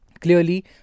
Clearly